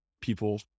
people